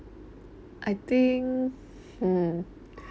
I think hmm